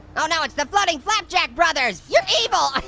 oh no, it's the floating flapjack brothers. you're evil. and